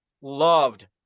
loved